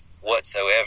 whatsoever